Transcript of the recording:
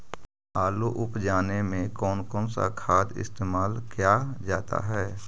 आलू उप जाने में कौन कौन सा खाद इस्तेमाल क्या जाता है?